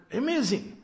amazing